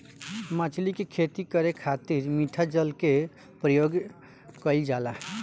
मछली के खेती करे खातिर मिठा जल के प्रयोग कईल जाला